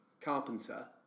carpenter